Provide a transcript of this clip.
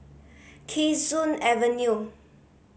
Kee Soon Avenue